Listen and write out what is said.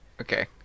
Okay